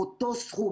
אותו סכום,